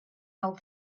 held